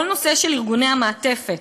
כל הנושא של ארגוני המעטפת,